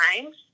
times